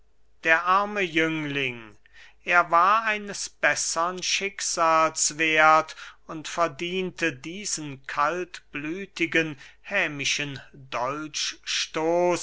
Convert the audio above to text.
der arme jüngling er war eines bessern schicksals werth und verdiente diesen kaltblütigen hämischen dolchstoß